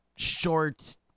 Short